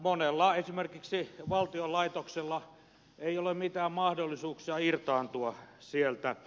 monella esimerkiksi valtion laitoksella ei ole mitään mahdollisuuksia irtaantua sieltä